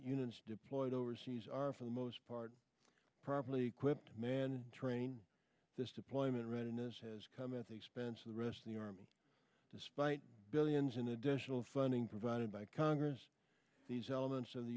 units deployed overseas are for the most part probably equipped man train this deployment readiness has come at the expense of the rest of the army despite billions in additional funding provided by congress these elements of the